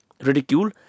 ridicule